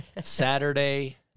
Saturday